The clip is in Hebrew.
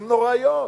הן נוראיות.